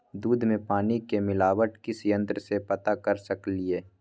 दूध में पानी के मिलावट किस यंत्र से पता कर सकलिए?